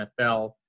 NFL